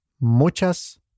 Muchas